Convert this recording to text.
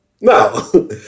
No